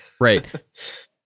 right